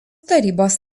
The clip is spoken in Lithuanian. tarybos